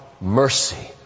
mercy